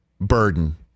burden